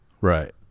Right